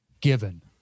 given